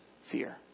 fear